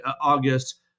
August